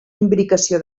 imbricació